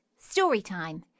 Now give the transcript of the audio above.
Storytime